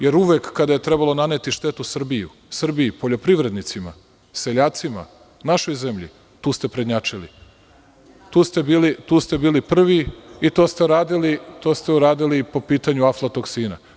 Jer, uvek kada je trebalo naneti štetu Srbiji, poljoprivrednicima, seljacima, našoj zemlji, tu ste prednjačili, tu ste bili prvi i to ste radili i to ste uradili i po pitanju aflatoksina.